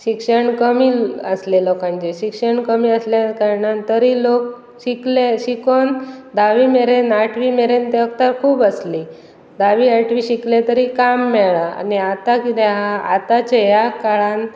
शिक्षण कमी आसले लोकांचे शिक्षण कमी आसल्या कारणान तरी लोक शिकले शिकून धावी मेरेन आठवी मेरेन तेकत खूब आसली धावी आठवी शिकले तरी काम मेळ्ळा आनी आतां कितें आसा आतांच्या ह्या काळान